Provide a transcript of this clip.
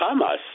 Hamas